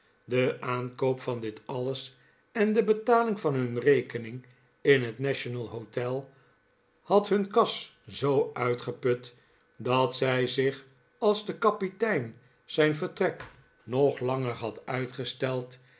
de aankoop van dit alles en de betaling van hun rekening in het national hotel had hun kas zoo uitgeput dat zij zich als de kapitein zijn vertrek nog langer had uitgesteld